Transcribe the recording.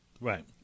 Right